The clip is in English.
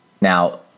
Now